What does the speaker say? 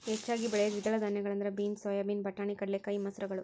ಹೆಚ್ಚಾಗಿ ಬೆಳಿಯೋ ದ್ವಿದಳ ಧಾನ್ಯಗಳಂದ್ರ ಬೇನ್ಸ್, ಸೋಯಾಬೇನ್, ಬಟಾಣಿ, ಕಡಲೆಕಾಯಿ, ಮಸೂರಗಳು